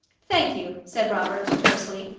thank you! said robert, tersely.